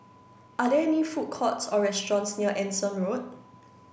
are there food courts or restaurants near Anson Road